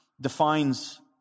Defines